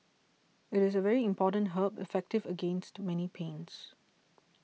it is a very important herb effective against many pains